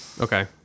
Okay